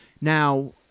now